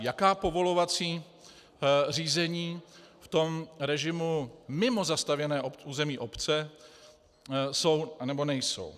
Jaká povolovací řízení v tom režimu mimo zastavěné území obce jsou nebo nejsou.